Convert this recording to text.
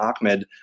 Ahmed